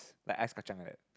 like ice kacang like that